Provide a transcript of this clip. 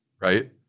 right